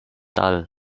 dull